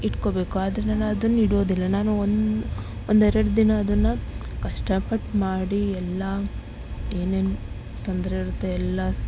ಇಟ್ಕೊಬೇಕು ಆದರೆ ನಾನು ಅದನ್ನು ಇಡೋದಿಲ್ಲ ನಾನು ಒಂದು ಒಂದೆರಡು ದಿನ ಅದನ್ನು ಕಷ್ಟಪಟ್ಟು ಮಾಡಿ ಎಲ್ಲಾ ಏನೇನು ತೊಂದರೆಯಿರುತ್ತೆ ಎಲ್ಲಾ